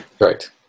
right